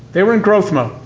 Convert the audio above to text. they were in growth mode,